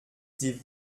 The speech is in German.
die